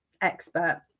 expert